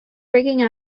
breaking